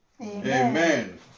Amen